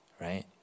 right